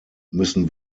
müssen